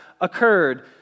occurred